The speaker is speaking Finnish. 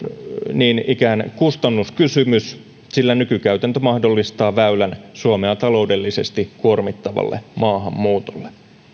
niin ikään kustannuskysymys sillä nykykäytäntö mahdollistaa väylän suomea taloudellisesti kuormittavalle maahanmuutolle